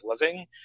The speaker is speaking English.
living